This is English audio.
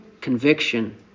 Conviction